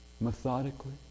methodically